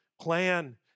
plan